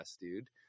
dude